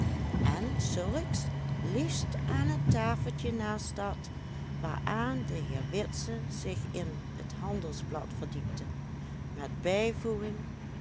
en zulks liefst aan het tafeltje naast dat waaraan de heer witse zich in t handelsblad verdiepte met bijvoeging